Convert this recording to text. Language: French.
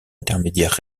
intermédiaires